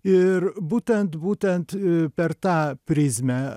ir būtent būtent per tą prizmę